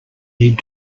need